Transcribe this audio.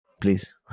please